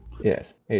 Yes